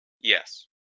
Yes